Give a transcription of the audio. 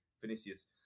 Vinicius